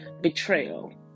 betrayal